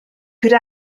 could